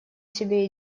себе